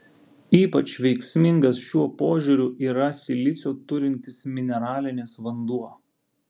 ypač veiksmingas šiuo požiūriu yra silicio turintis mineralinis vanduo